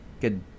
good